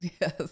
Yes